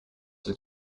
his